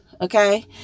Okay